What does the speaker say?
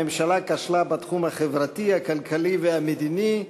הממשלה כשלה בתחום החברתי, הכלכלי והמדיני.